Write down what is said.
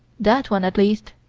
that one, at least,